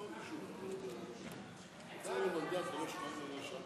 חבריי חברי הכנסת,